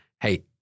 Hey